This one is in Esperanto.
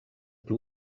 plu